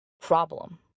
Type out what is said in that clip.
problem